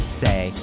say